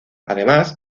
además